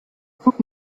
guck